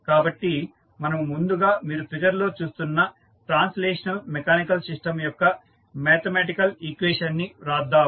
కాబట్టి మనము ముందుగా మీరు ఫిగర్ లో చూస్తున్న ట్రాన్స్లేషనల్ మెకానికల్ సిస్టం యొక్క మ్యాథమెటికల్ ఈక్వేషన్ ని వ్రాద్దాము